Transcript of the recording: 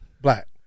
Black